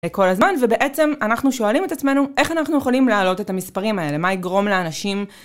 כל הזמן ובעצם אנחנו שואלים את עצמנו איך אנחנו יכולים להעלות את המספרים האלה מה יגרום לאנשים